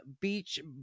beach